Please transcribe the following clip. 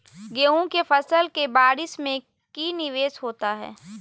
गेंहू के फ़सल के बारिस में की निवेस होता है?